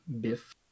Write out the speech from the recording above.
biff